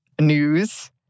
news